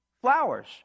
flowers